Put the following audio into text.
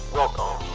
Welcome